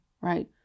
right